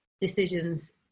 decisions